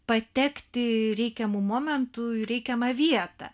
patekti reikiamu momentu į reikiamą vietą